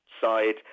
side